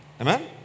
amen